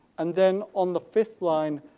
and then on the fifth line,